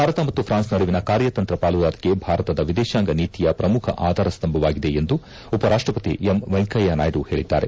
ಭಾರತ ಮತ್ತು ಪ್ರಾನ್ಸ್ ನಡುವಿನ ಕಾರ್ಯತಂತ್ರ ಪಾಲುದಾರಿಕೆ ಭಾರತದ ವಿದೇಶಾಂಗ ನೀತಿಯ ಪ್ರಮುಖ ಆಧಾರಸ್ತಂಭವಾಗಿದೆ ಎಂದು ಉಪರಾಷ್ಟಪತಿ ಎಂ ವೆಂಕಯ್ಲನಾಯ್ಡು ಹೇಳಿದ್ದಾರೆ